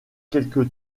quelque